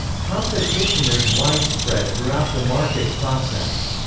competition is widespread throughout the market process.